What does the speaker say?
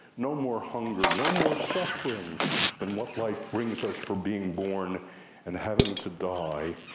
no more hunger, no more suffering than what life brings us for being born and having to die.